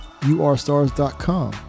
URStars.com